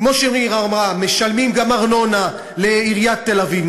כמו שמירי אמרה: משלמים גם ארנונה לעיריית תל-אביב,